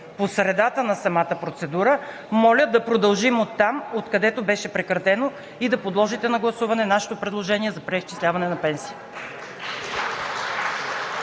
по средата на самата процедура, моля да продължим оттам, откъдето беше прекратено и да подложите на гласуване нашето предложение за преизчисляване на пенсиите.